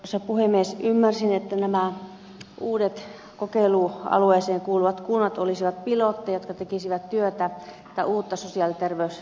ymmärsin että nämä uudet kokeilualueeseen kuuluvat kunnat olisivat pilotteja jotka tekisivät työtä uutta sosiaali ja terveyslakia ajatellen